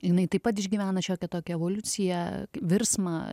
jinai taip pat išgyvena šiokią tokią evoliuciją virsmą